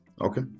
Okay